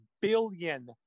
billion